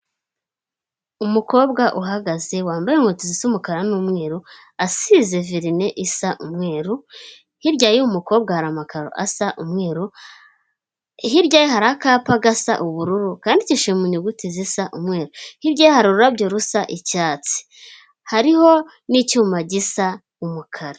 Umukobwa uhagaze wambaye inkweto z'umukara n'umweru, asize verine isa umweru, hirya y'umukobwa hari amakaro asa umweru, hirya hari akapa gasa ubururu kandikishijeho mu nyuguti zisa umweru, hirya hari ururabyo rusa icyatsi hariho n'icyuma gisa umukara.